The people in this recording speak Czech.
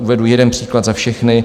Uvedu jeden příklad za všechny.